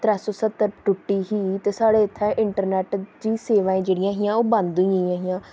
त्रै सौ स्हत्तर त्रुट्टी ही ते साढ़े इत्थै इंटरनैट्ट दी सेवां जेह्ड़ियां हियां ओह् बंद होई गेइयां हियां